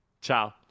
Ciao